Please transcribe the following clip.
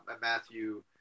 Matthew